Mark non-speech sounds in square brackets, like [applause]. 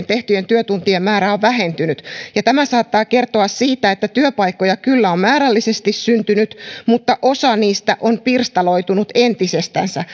[unintelligible] tehtyjen työtuntien määrä on vähentynyt tämä saattaa kertoa siitä että työpaikkoja kyllä on määrällisesti syntynyt mutta osa niistä on pirstaloitunut entisestänsä [unintelligible]